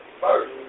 first